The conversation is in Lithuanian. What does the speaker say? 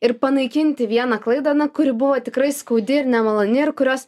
ir panaikinti vieną klaidą na kuri buvo tikrai skaudi ir nemaloni ir kurios